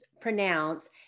pronounce